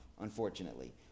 unfortunately